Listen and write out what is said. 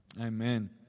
Amen